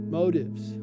motives